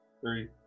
three